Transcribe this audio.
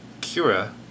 Cura